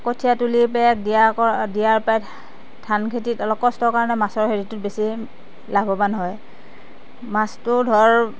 কঠিয়া তুলি পেলাই দিয়া দিয়া পৰা ধান খেতিত ধান খেতিত অলপ কষ্ট কাৰণে মাছৰ হেৰিটোৰ বেছি লাভৱান হয় মাছটো ধৰক